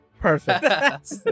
Perfect